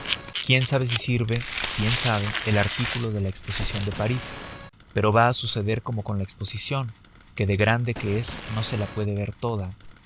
quién sabe si sirve quién sabe el artículo de la exposición de parís pero va a suceder como con la exposición que de grande que es no se la puede ver toda